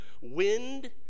wind